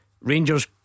Rangers